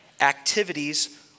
activities